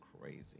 crazy